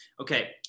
Okay